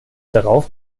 darauf